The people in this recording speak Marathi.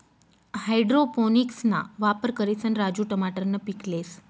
हाइड्रोपोनिक्सना वापर करिसन राजू टमाटरनं पीक लेस